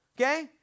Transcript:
okay